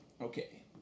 Okay